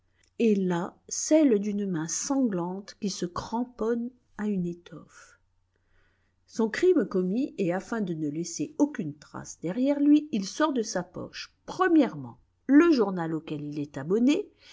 son crime commis et afin de ne laisser aucune trace derrière lui il sort de sa poche le journal auquel il est abonné